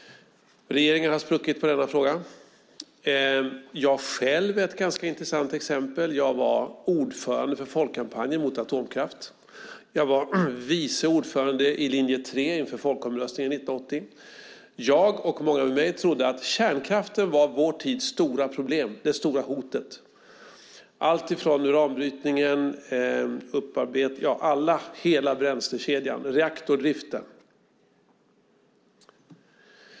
Regeringar har spruckit på denna fråga. Jag själv är ett ganska intressant exempel. Jag var ordförande för Folkkampanjen mot atomkraft. Jag var vice ordförande i linje 3 inför folkomröstningen 1980. Jag och många med mig trodde att kärnkraften var vår tids stora problem, det stora hotet. Det gällde alltifrån uranbrytningen och hela bränslekedjan till reaktordriften.